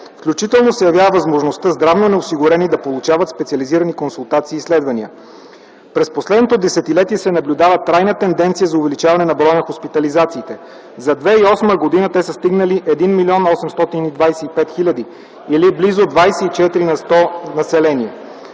включително се явява възможността здравно неосигурени да получават специализирани консултации и изследвания. През последното десетилетие се наблюдава трайна тенденция за увеличаване на броя на хоспитализациите. За 2008 г. те са стигнали 1 млн. 825 хиляди или близо 24 на сто от населението.